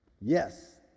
yes